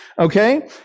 Okay